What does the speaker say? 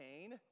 pain